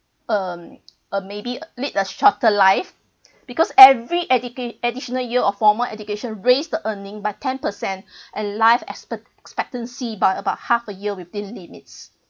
um uh maybe lead a shorter life because every educa~ additional year of former education raised the earnings by ten per cent and life expectancy by about half a year within limits